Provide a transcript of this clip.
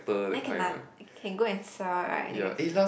then can 拿 can go and sell right I think